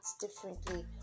differently